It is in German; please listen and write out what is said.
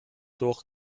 durch